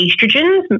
estrogens